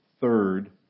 third